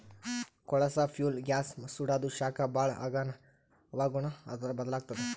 ಕೊಳಸಾ fuels gas ಸುಡಾದು ಶಾಖ ಭಾಳ್ ಆಗಾನ ಹವಾಗುಣ ಬದಲಾತ್ತದ